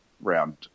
round